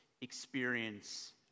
experience